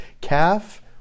calf